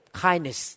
kindness